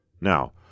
Now